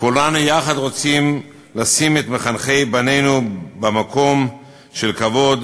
כולנו יחד רוצים לשים את מחנכי בנינו במקום של כבוד,